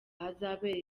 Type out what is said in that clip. ahazabera